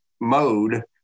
mode